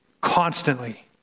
constantly